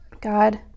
God